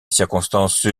circonstances